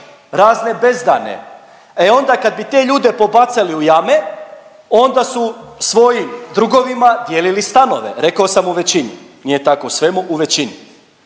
razne bezdane, e onda kad bi te ljude pobacali u jame onda su svojim drugovima dijelili stanove, rekao sam u većini. Nije tako u svemu u većini.